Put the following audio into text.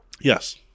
Yes